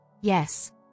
yes